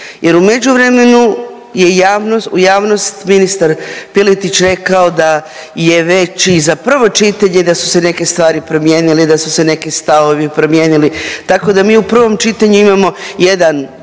jer u međuvremenu je u javnost ministar Piletić rekao da je već i za prvo čitanje, da su se neke stvari promijenile i da su se neki stavovi promijenili, tako da mi u prvom čitanju imamo jedan